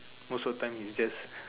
most of time is just